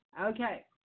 Okay